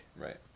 Right